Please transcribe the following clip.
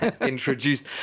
introduced